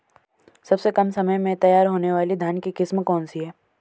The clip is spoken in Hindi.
सबसे कम समय में तैयार होने वाली धान की किस्म कौन सी है?